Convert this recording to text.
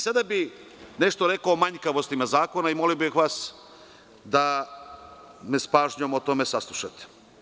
Sada bih nešto rekao o manjkavostima zakona i molio bih vas da me s pažnjom o tome saslušate.